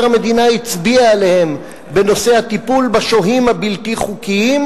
המדינה הצביע עליהם בנושא הטיפול בשוהים הבלתי-חוקיים,